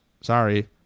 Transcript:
Sorry